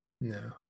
No